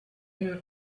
you